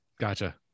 Gotcha